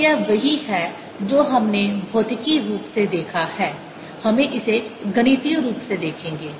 तो यह वही है जो हमने भौतिकि रूप से देखा है हमें इसे गणितीय रूप से देखेंगे